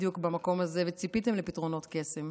בדיוק במקום הזה, וציפיתם לפתרונות קסם?